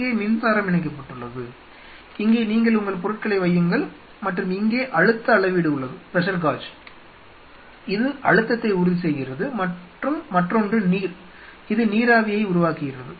இங்கே மின்சாரம் இணைக்கப்பட்டுள்ளது இங்கே நீங்கள் உங்கள் பொருட்களை வையுங்கள் மற்றும் இங்கே அழுத்த அளவீடு உள்ளது இது அழுத்தத்தை உறுதி செய்கிறது மற்றும் மற்றொன்று நீர் இது நீராவியை உருவாக்குகிறது